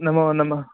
नमो नमः